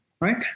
Right